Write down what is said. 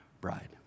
bride